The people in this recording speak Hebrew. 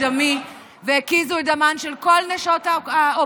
דמי והקיזו את דמן של כל נשות האופוזיציה,